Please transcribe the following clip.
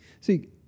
See